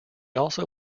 also